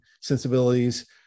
sensibilities